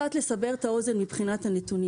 אני רוצה לסבר את האוזן מבחינת הנתונים